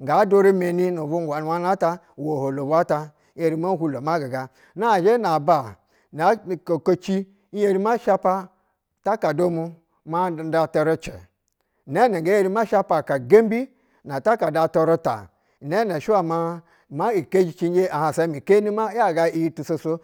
nga dura meni nu vugwa nu wana ata we oholobo at in the mo hulo ma giga na zhe na aba ya a koko ci zhe ma shapa takada mu nda tierce nene nge eri ma shaka aha gem bi na tahada nta nene she wa ma kezhcinji a hansa mmi keni ma yaga iyi tu soso.